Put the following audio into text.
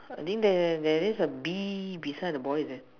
I think there there's a bee beside the boy leh